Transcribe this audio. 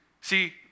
See